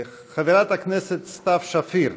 חברת הכנסת סתיו שפיר